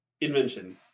invention